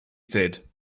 said